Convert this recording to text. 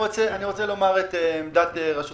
את עמדת רשות